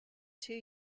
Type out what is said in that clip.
two